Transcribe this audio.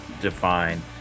define